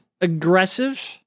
aggressive